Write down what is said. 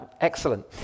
Excellent